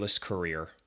career